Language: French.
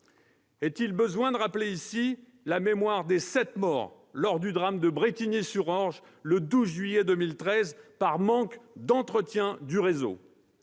Est-il besoin de rappeler ici la mémoire des sept morts lors du drame de Brétigny-sur-Orge, le 12 juillet 2013, par manque d'entretien du réseau ?